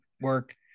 work